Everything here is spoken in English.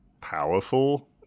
powerful